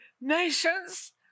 nations